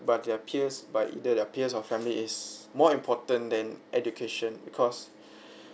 but their peers by either their peers or family is more important than education because